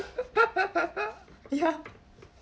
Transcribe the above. ya